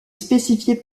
spécifié